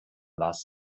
lassen